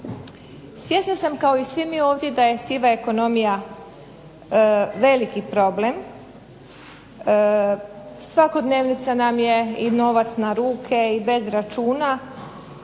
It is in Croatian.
Svjesna sam kao i svi mi ovdje da je siva ekonomija veliki problem, svakodnevica nam je i novac na ruke, i bez računa,